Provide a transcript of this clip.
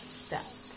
step